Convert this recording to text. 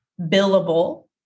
billable